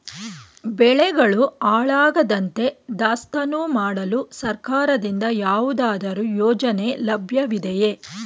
ಬೆಳೆಗಳು ಹಾಳಾಗದಂತೆ ದಾಸ್ತಾನು ಮಾಡಲು ಸರ್ಕಾರದಿಂದ ಯಾವುದಾದರು ಯೋಜನೆ ಲಭ್ಯವಿದೆಯೇ?